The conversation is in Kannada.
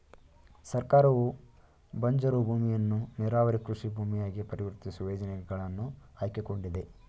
ಸರ್ಕಾರವು ಬಂಜರು ಭೂಮಿಯನ್ನು ನೀರಾವರಿ ಕೃಷಿ ಭೂಮಿಯಾಗಿ ಪರಿವರ್ತಿಸುವ ಯೋಜನೆಗಳನ್ನು ಹಾಕಿಕೊಂಡಿದೆ